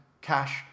cash